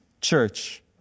church